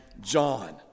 John